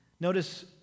Notice